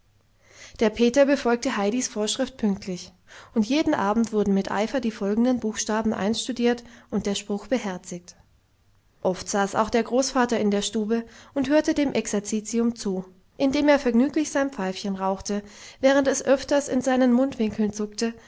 der peter befolgte heidis vorschrift pünktlich und jeden abend wurden mit eifer die folgenden buchstaben einstudiert und der spruch beherzigt oft saß auch der großvater in der stube und hörte dem exerzitium zu indem er vergnüglich sein pfeifchen rauchte während es öfter in seinen mundwinkeln zuckte